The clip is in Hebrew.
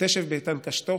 "ותשב באיתן קשתו